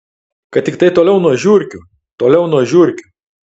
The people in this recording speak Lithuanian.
kad tiktai toliau nuo žiurkių toliau nuo žiurkių